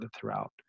throughout